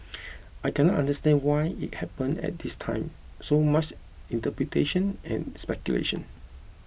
I cannot understand why it happened at this time so much interpretation and speculation